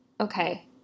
okay